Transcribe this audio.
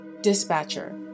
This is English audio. Dispatcher